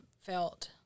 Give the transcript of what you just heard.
felt –